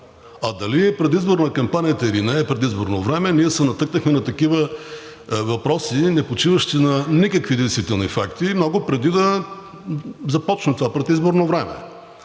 А дали е предизборна кампанията, или не е предизборно време, ние се натъкнахме на такива въпроси, непочиващи на никакви действителни факти, много преди да започне това предизборно време.